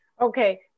Okay